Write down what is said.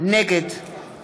נגד